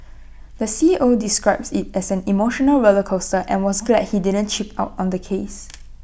the C E O describes IT as an emotional roller coaster and was glad he didn't cheap out on the case